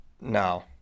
No